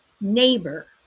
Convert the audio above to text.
neighbor